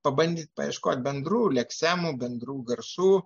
pabandyt paieškoti bendrų leksemų bendrų garsų